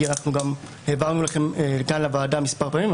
כי העברנו לכלל הוועדה מספר פעמים,